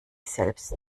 selbst